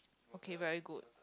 okay very good